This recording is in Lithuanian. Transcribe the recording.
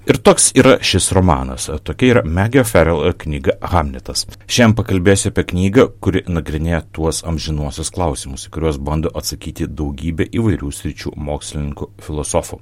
ir toks yra šis romanas tokia yra megė ferel knyga hamletas šiandien pakalbėsiu apie knygą kuri nagrinėja tuos amžinuosius klausimus į kuriuos bando atsakyti daugybė įvairių sričių mokslininkų filosofų